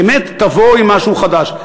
באמת, תבואו עם משהו חדש.